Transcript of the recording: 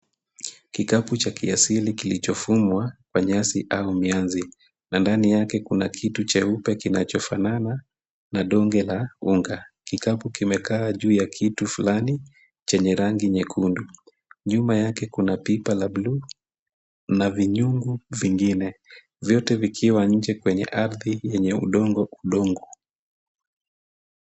Kikapu cha kiasili kilichofumwa kwa nyasi au mianzi, na ndani yake kuna kitu cheupe kinachofanana na donge la unga, Kikapu kimekaa juu ya kitu fulani, chenye rangi nyekundu, nyuma yake kuna pipa la bluu, na vinyungu vingine. Vyote vikiwa nje kwenye ardhi yenye udongo mdogo.